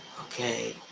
Okay